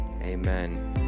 Amen